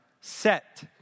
set